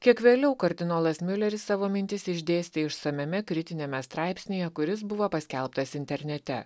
kiek vėliau kardinolas miuleris savo mintis išdėstė išsamiame kritiniame straipsnyje kuris buvo paskelbtas internete